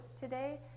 today